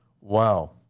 wow